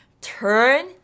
turn